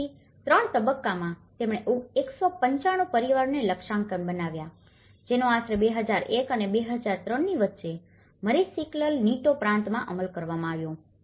તેથી 3 તબક્કામાં તેમણે 195 પરિવારોને લક્ષ્યાંક બનાવ્યા જેનો આશરે 2001 અને 2003 ની વચ્ચે મરિસિકલ નિટો પ્રાંતમાં અમલ કરવામાં આવ્યો હતો